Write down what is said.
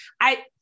I-